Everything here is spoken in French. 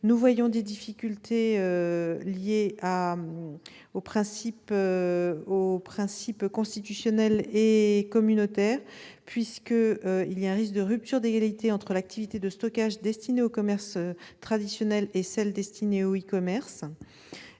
nous craignons des difficultés liées aux principes constitutionnels et communautaires. Il existe en effet un risque de rupture d'égalité entre l'activité de stockage destinée au commerce traditionnel et celle destinée au e-commerce,